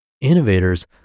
innovators